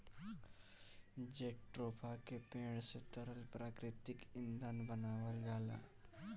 jatropha के पेड़े से तरल प्राकृतिक ईंधन बनावल जाला